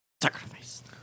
Sacrifice